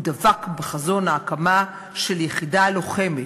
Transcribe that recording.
הוא דבק בחזון ההקמה של יחידה לוחמת.